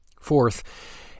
Fourth